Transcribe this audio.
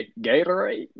Gatorade